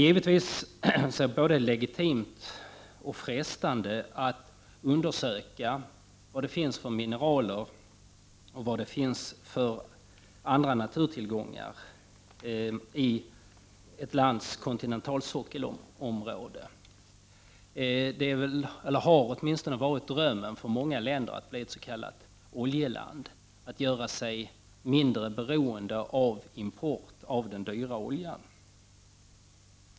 Givetvis är det legitimt och frestande att undersöka vad det finns för mineraler och andra naturtillgångar i ett lands kontinentalsockelområde. För många länder har det funnits drömmar om att bli ett s.k. oljeland, och därmed göra sig mindre beroende av import av den dyrbara oljan.